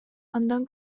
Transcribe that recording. андан